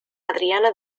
adriana